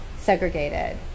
segregated